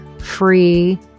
free